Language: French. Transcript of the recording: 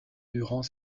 durant